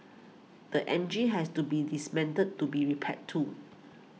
the engine has to be dismantled to be repaired too